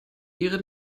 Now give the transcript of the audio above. ihre